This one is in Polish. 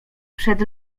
przed